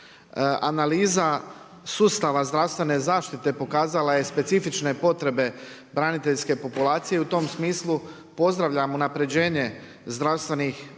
Analiza sustava zdravstvene zaštite pokazala je specifične potrebe braniteljske populacije i u tom smislu, pozdravljam unapređenje zdravstvenih politika